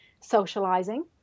socializing